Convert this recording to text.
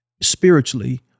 spiritually